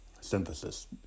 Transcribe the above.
synthesis